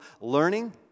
learning